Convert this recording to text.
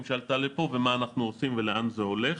שעלתה פה ומה אנחנו עושים ולאן זה הולך.